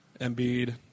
Embiid